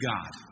God